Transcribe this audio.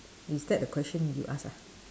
is that the question you ask ah